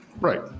Right